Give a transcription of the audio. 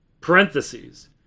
parentheses